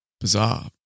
bizarre